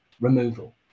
removal